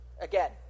Again